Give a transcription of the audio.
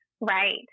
Right